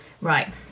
Right